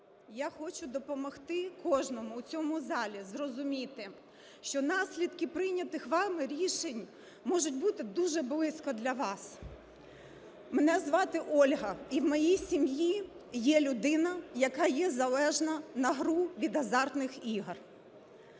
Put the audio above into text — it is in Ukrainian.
Я хочу допомогти кожному у цьому залі зрозуміти, що наслідки прийнятих вами рішень можуть бути дуже близько для вас. Мене звати Ольга. І в моїй сім'ї є людина, яка є залежна на гру від азартних ігор.